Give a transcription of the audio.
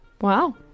wow